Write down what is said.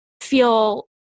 feel